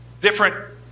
different